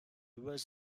was